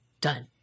Done